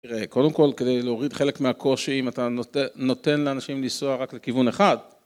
קודם כל כדי להוריד חלק מהקושי אם אתה נותן לאנשים לנסוע רק לכיוון אחד